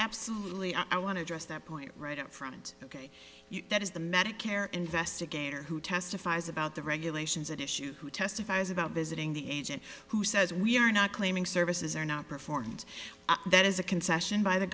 absolutely i want to address that point right upfront ok that is the medicare investigator who testifies about the regulations at issue who testifies about visiting the agent who says we are not claiming services are not performed that as a concession by the